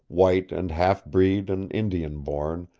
white and half-breed and indian born,